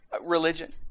religion